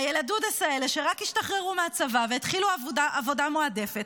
הילדודס האלה שרק השתחררו מהצבא והתחילו עבודה מועדפת,